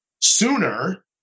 sooner